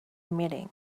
meeting